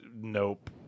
Nope